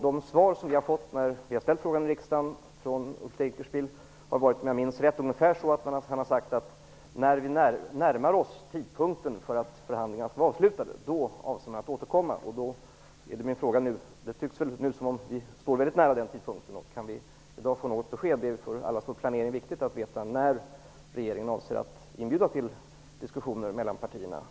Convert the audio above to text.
Det svar som vi har fått från Ulf Dinkelspiel då vi har ställt frågan här i kammaren har, om jag minns rätt, lytt ungefär så här: När vi närmar oss tidpunkten för ett avslutande av förhandlingarna, då avser man att återkomma. Det tycks som om vi nu står väldigt nära den tidpunkten. Min fråga är då: Kan vi då få ett besked om när regeringen avser att inbjuda till diskussioner mellan partierna?